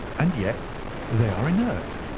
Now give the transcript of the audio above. and yet they are inert.